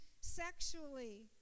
sexually